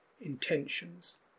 intentions